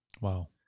wow